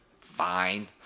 fine